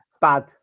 bad